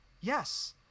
yes